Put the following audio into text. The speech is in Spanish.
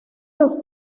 los